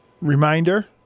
reminder